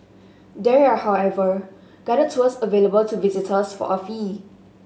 there are however guided tours available to visitors for a fee